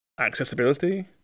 accessibility